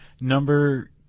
number